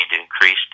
increased